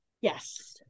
Yes